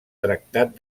tractat